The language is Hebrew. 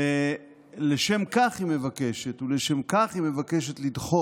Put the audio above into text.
לשם כך היא מבקשת לדחות